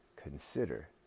consider